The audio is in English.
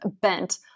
bent